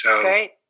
Great